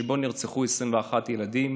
שבו נרצחו 21 ילדים.